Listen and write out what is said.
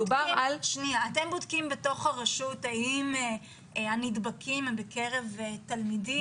אתם בודקים בתוך הרשות האם הנדבקים הם בקרב תלמידים?